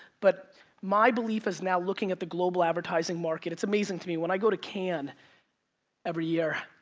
but my belief is now looking at the global advertising market. it's amazing to me. when i go to cannes every year,